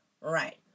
Right